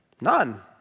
None